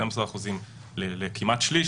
12% לכמעט שליש,